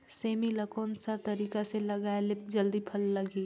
सेमी ला कोन सा तरीका से लगाय ले जल्दी फल लगही?